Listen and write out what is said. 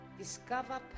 Discover